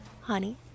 Honey